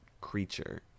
creature